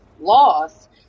loss